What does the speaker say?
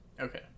Okay